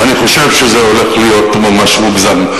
אני חושב שזה הולך להיות ממש מוגזם,